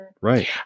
Right